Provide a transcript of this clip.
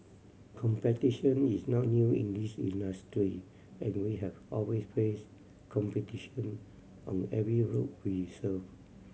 competition is not new in this industry and we have always faced competition on every route we serve